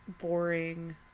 boring